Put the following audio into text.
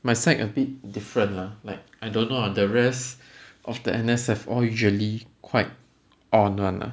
my side a bit different lah like I don't know ah the rest of the N_S_F all usually quite on [one] lah